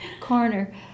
corner